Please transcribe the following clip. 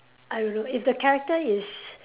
I don't know if the character is